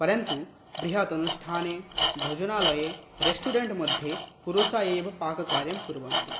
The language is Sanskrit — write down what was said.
परन्तु बृहदनुष्ठाने भोजनालये रेस्टुरेण्ट् मध्ये पुरुषाः एव पाककार्यं कुर्वन्ति